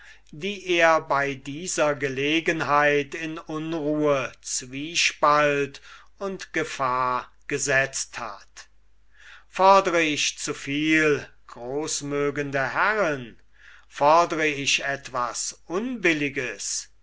die er bei dieser gelegenheit in unruhe zwiespalt und gefahr gesetzt hat fodre ich zu viel großmögende herren fodre ich etwas unbilliges